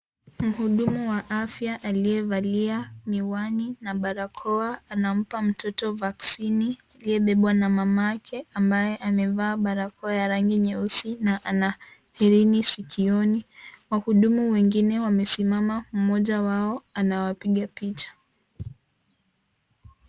Mhudumu wa afya aliyevalia miwani na barakoa anamba mtoto vaccine , aliyebebwa na mamake, ambaye amevaa barakoa ya rangi nyeusi na ana herini sikioni. Wahudumu wengine wamesimama Moja wao anawapiga picha.